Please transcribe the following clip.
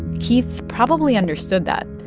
keith probably understood that.